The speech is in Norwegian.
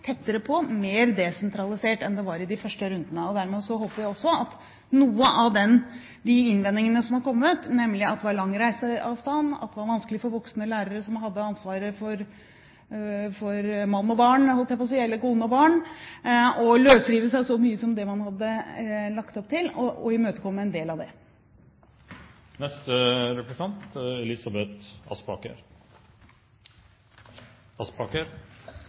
tettere på og mer desentralisert enn det var i de første rundene. Dermed håper vi å imøtekomme noen av de innvendingene som har kommet, nemlig at det var lang reiseavstand, og at det var vanskelig for voksne lærere med ansvar for mann og barn – eller kone og barn – å løsrive seg så mye som det man hadde lagt opp til.